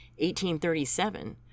1837